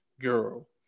girl